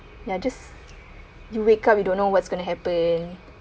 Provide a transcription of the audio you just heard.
ya just you wake up you don't know what's going to happen